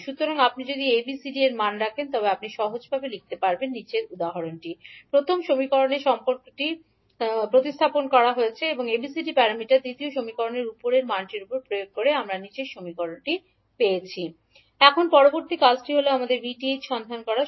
সুতরাং আপনি যদি A BC এবং Dএর মান রাখেন তবে আপনি সহজভাবে লিখতে পারেন 𝐕1 4𝐕2 − 20𝐈2 𝐈1 01𝐕2 − 2𝐈2 ইনপুট পোর্টে 𝐕1 −10𝐈1 প্রথম সমীকরণে এই সম্পর্কটিকে প্রতিস্থাপন করা আমরা পাই −10𝐈1 4𝐕2 − 20𝐈2 ⇒ 𝐈1 −04𝐕2 2𝐈2 ABCD প্যারামিটারের দ্বিতীয় সমীকরণের উপরের মানটি প্রয়োগ করে আমরা পাই এখন পরবর্তী কাজটি হল আমাদের 𝑉𝑇ℎ এর মান সন্ধান করতে হবে